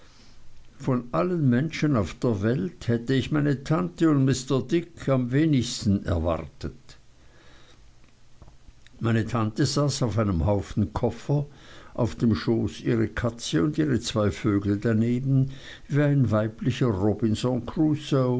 von allen menschen auf der welt hätte ich meine tante und mr dick am wenigsten erwartet meine tante saß auf einem haufen koffer auf dem schoß ihre katze und ihre zwei vögel daneben wie ein weiblicher robinson crusoe